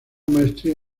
maestría